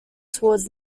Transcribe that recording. towards